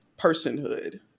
personhood